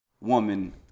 woman